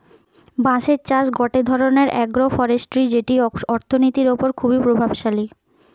বাঁশের চাষ গটে ধরণের আগ্রোফরেষ্ট্রী যেটি অর্থনীতির ওপর খুবই প্রভাবশালী